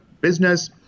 business